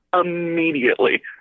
immediately